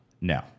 No